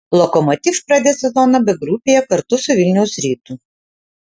lokomotiv pradės sezoną b grupėje kartu su vilniaus rytu